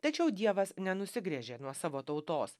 tačiau dievas nenusigręžė nuo savo tautos